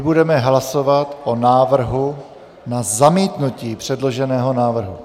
Budeme hlasovat o návrhu na zamítnutí předloženého návrhu.